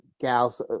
gals